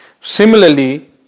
Similarly